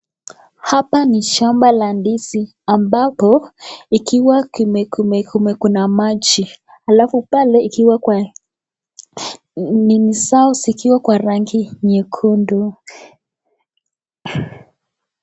Hapa ni shamba la ndizi ambapo ikiwa kuna maji halafu pale ikiwa nini zao zikiwa kwa rangi nyekundu.